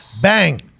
bang